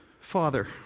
Father